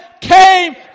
came